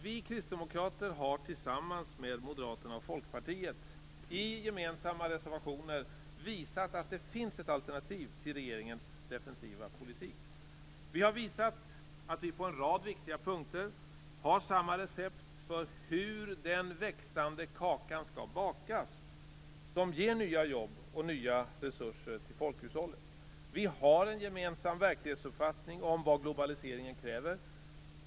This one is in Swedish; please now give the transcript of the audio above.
Vi kristdemokrater har tillsammans med Moderaterna och Folkpartiet i gemensamma reservationer visat att det finns ett alternativ till regeringens defensiva politik. Vi har visat att vi på en rad viktiga punkter har samma recept för hur den växande kakan som ger nya jobb och nya resurser till folkhushållet skall bakas. Vi har en gemensam verklighetsupfattning om vad globaliseringen kräver.